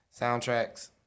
soundtracks